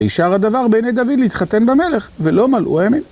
יישר הדבר בעיני דוד להתחתן במלך, ולא מלאו הימים.